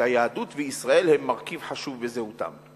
שהיהדות וישראל הן מרכיב חשוב בזהותם.